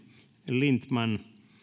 lindtman